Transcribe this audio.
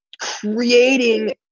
creating